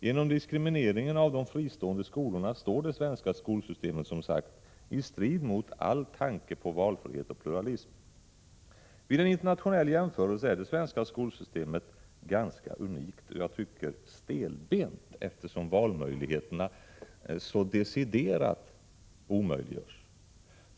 Genom diskrimineringen av de fristående skolorna står det svenska skolsystemet i strid mot all tanke på valfrihet och pluralism. Vid en internationell jämförelse är det svenska skolsystemet ganska unikt och stelbent, eftersom valmöjligheterna så deciderat omöjliggörs.